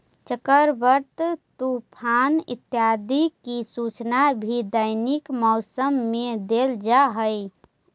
चक्रवात, तूफान इत्यादि की सूचना भी दैनिक मौसम में देल जा हई